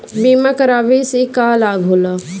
बीमा करावे से का लाभ होला?